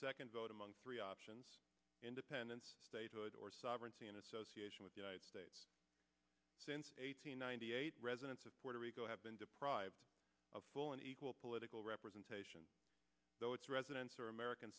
second vote among three options independence statehood or sovereignty in association with the united states since ninety eight residents of puerto rico have been deprived of full and equal political representation though its residents are american